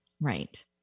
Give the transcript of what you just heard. Right